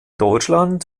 deutschland